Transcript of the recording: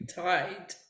tight